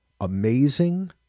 Amazing